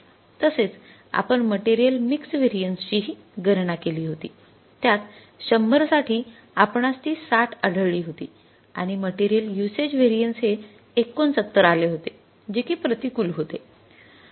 तसेच आपण material mix variance ची हि गणना केली होती त्यात १०० साठी आपणास ती ६० आढळली होती आणि मटेरियल युसेज व्हेरिएन्स हे ६९ आले होते जे कि प्रतिकूल होते